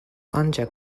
ancak